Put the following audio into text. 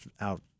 out